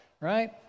right